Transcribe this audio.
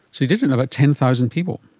so you did it in about ten thousand people.